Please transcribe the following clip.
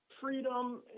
freedom